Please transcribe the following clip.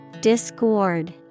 Discord